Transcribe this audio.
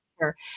sure